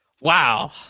Wow